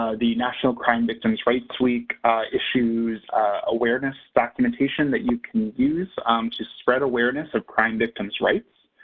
the national crime victims' rights week issues awareness documentation that you can use to spread awareness of crime victims' rights.